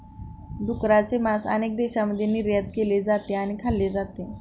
डुकराचे मांस अनेक देशांमध्ये निर्यात केले जाते आणि खाल्ले जाते